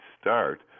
start